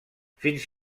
fins